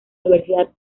universidad